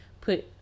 put